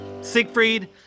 Siegfried